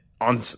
On